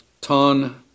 Ton